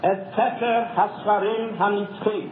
את ספר הספרים הנצחי.